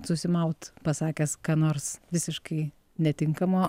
susimaut pasakęs ką nors visiškai netinkamo